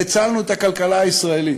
והצלנו את הכלכלה הישראלית.